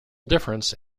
difference